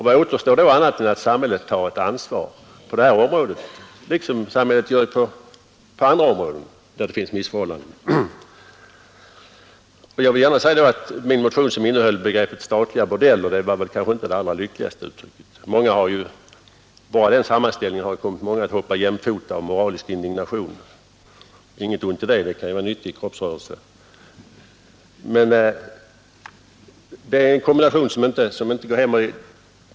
Vad återstår då annat än att samhället tar ett ansvar på detta område liksom på andra områden där det råder missförhållanden? Min motion innehöll begreppet statliga bordeller. Det var kanske inte det lyckligaste uttrycket. Bara den sammanställningen har ju kommit många att hoppa jämfota av moralisk indignation inget ont i det, det kan vara en nyttig kroppsrörelse. Men det är alltså en kombination som inte går hem.